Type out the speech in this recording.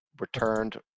returned